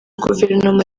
guverinoma